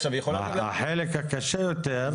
החלק הקשה יותר הוא